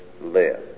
live